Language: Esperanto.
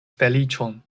feliĉon